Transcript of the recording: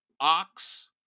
Ox